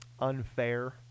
unfair